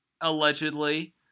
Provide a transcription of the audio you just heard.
Allegedly